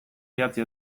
idatzi